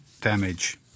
damage